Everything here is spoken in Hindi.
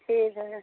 ठीक है